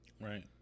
Right